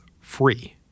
free